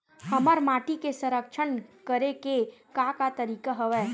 हमर माटी के संरक्षण करेके का का तरीका हवय?